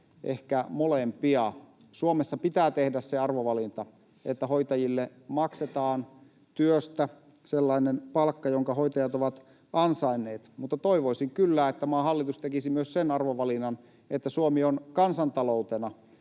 ehkä molempia. Suomessa pitää tehdä se arvovalinta, että hoitajille maksetaan työstä sellainen palkka, jonka hoitajat ovat ansainneet. Mutta toivoisin kyllä, että maan hallitus tekisi myös sen arvovalinnan, että Suomi on kansantaloutena